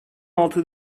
altı